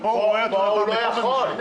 פה הוא לא יכול,